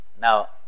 Now